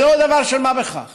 זה לא דבר של מה בכך